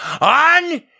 on